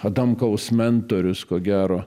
adamkaus mentorius ko gero